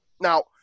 Now